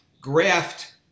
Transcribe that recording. graft